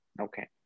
Okay